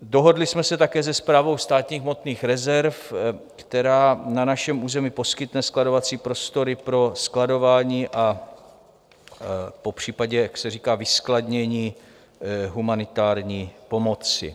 Dohodli jsme se také se Správou státních hmotných rezerv, která na našem území poskytne skladovací prostory pro skladování a popřípadě, jak se říká, vyskladnění humanitární pomoci.